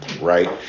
right